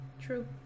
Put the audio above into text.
True